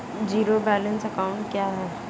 Zero balance account क्या है?